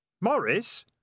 Morris